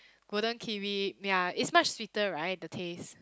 golden kiwi ya it's much sweeter right the taste